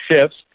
shifts